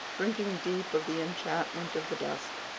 drinking deep of the enchantment of the dusk,